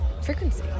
frequency